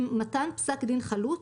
עם מתן פסק דין חלוט,